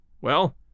Well